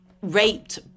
raped